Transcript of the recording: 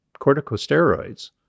Corticosteroids